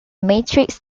matrix